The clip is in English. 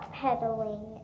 pedaling